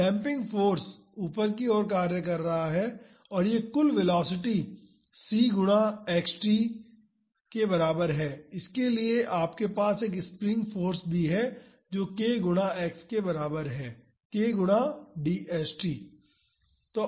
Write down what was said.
damping force ऊपर की ओर कार्य कर रहा है और यह कुल वेलोसिटी c गुणा xt के बराबर है और इसके लिए हमारे पास एक स्प्रिंग फाॅर्स भी है जो k गुणा x के बराबर है k गुणा dst